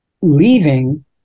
leaving